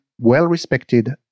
well-respected